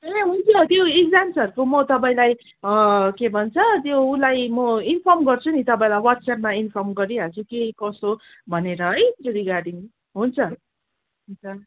ए हुन्छ त्यो इक्जाम्सहरू त्यो म तपाईँलाई के भन्छ त्यो उसलाई म इन्फर्म गर्छु नि तपाईँलाई वाट्सएपमा इन्फर्म गरिहाल्छु केही कसो भनेर है त्यो रिगार्डिङ हुन्छ हुन्छ